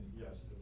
yes